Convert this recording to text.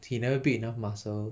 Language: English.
he never build enough muscle